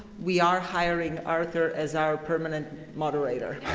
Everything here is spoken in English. we are hiring arthur as our permanent moderator.